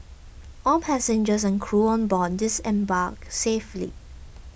all passengers and crew on board disembarked safely